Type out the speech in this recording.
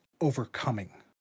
overcoming